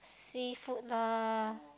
seafood lah